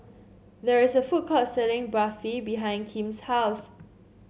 there is a food court selling Barfi behind Kim's house